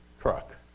truck